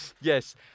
yes